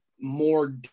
more